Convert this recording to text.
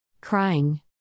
Crying